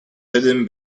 hidden